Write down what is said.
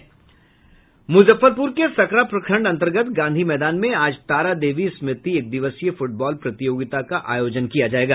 मुजफ्फरपुर के सकरा प्रखंड अंतर्गत गांधी मैदान में आज तारा देवी स्मृति एकदिवसीय फूटबॉल प्रतियोगिता का आयोजन किया जायेगा